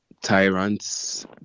tyrants